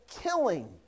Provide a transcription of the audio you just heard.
killing